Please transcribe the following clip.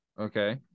okay